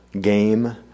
game